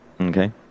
Okay